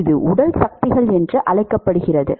இது உடல் சக்திகள் என்று அழைக்கப்படுகிறது